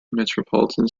metropolitan